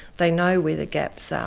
they know where the gaps are,